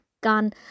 gun